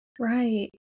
Right